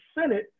Senate